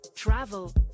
Travel